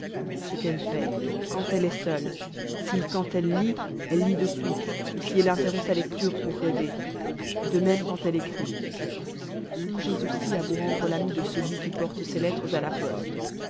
ce qu'elle fait quand elle est seule si quand elle lit elle lit de suite ou si elle interrompt sa lecture pour rêver de même quand elle écrit songez aussi à vous rendre l'ami de celui qui porte ses lettres à la poste